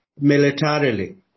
militarily